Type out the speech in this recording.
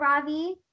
Ravi